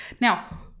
Now